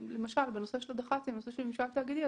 תאגידי,